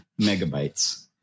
megabytes